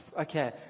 okay